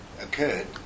occurred